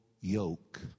yoke